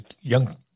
young